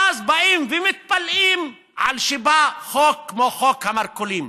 ואז באים ומתפלאים על שבא חוק כמו חוק המרכולים.